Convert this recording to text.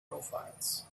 profiles